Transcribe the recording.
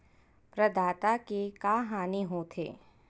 प्रदाता के का हानि हो थे?